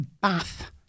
Bath